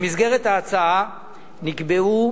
במסגרת ההצעה נקבעו